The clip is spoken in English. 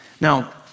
Now